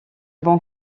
bon